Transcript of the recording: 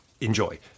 enjoy